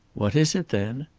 what is it, then?